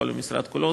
כל המשרד כולו.